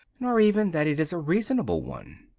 nor even that it is a reasonable one.